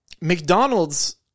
McDonald's